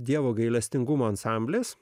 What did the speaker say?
dievo gailestingumo ansamblis